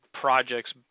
projects